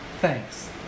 Thanks